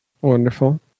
Wonderful